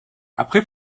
après